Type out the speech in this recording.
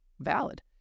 Valid